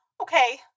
Okay